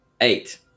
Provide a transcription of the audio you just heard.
Eight